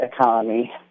economy